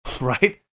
right